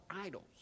idols